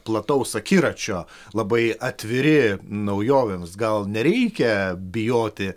plataus akiračio labai atviri naujovėms gal nereikia bijoti